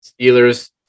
Steelers